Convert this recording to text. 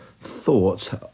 thoughts